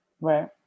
Right